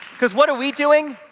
because what are we doing?